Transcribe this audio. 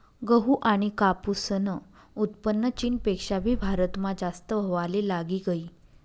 गहू आनी कापूसनं उत्पन्न चीनपेक्षा भी भारतमा जास्त व्हवाले लागी गयी